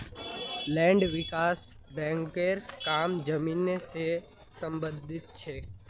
land विकास बैंकेर काम जमीन से सम्बंधित ह छे